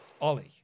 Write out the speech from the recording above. Ollie